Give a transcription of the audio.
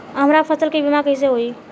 हमरा फसल के बीमा कैसे होई?